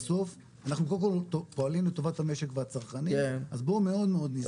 בסוף אנחנו קודם כל פועלים לטובת המשק והצרכנים אז בואו מאוד ניזהר.